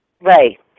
right